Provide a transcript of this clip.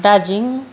Darjeeling